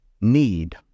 need